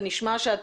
ונשמע שאת